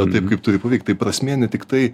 taip kaip turi pavykt tai prasmė ne tiktai